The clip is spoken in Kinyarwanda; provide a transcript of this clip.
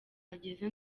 ageze